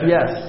Yes